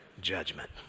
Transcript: Judgment